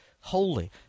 holy